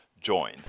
join